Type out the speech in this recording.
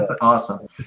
Awesome